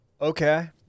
Okay